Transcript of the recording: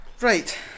Right